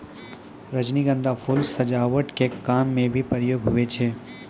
रजनीगंधा फूल सजावट के काम मे भी प्रयोग हुवै छै